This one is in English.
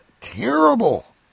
terrible